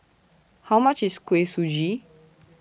How much IS Kuih Suji